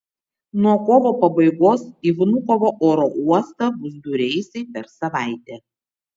nuo kovo pabaigos į vnukovo oro uostą bus du reisai per savaitę